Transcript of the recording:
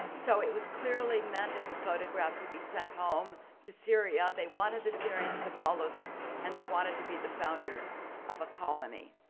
so it was clearly meant as a photograph to be sent home to syria. they wanted the syrians to follow them and they wanted to be the founders of a colony.